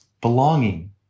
Belonging